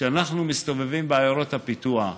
כשאנחנו מסתובבים בעיירות הפיתוח,